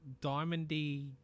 diamondy